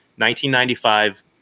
1995